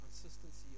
consistency